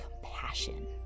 compassion